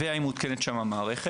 והאם המערכת מותקנת שם.